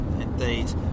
indeed